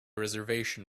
reservation